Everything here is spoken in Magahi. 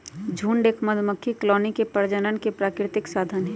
झुंड एक मधुमक्खी कॉलोनी के प्रजनन के प्राकृतिक साधन हई